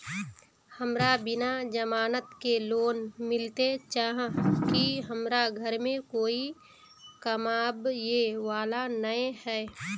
हमरा बिना जमानत के लोन मिलते चाँह की हमरा घर में कोई कमाबये वाला नय है?